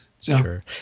Sure